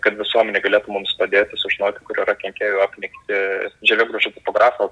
kad visuomenė galėtų mums padėti sužinoti kur yra kenkėjų apnikti žievėgraužio tipografo